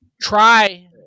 Try